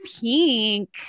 pink